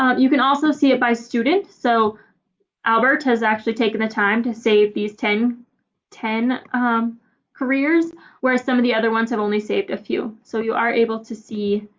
um you can also see it by student. so albert has actually taken the time to save these ten ten careers whereas some of the other ones have only saved a few. so, you are able to see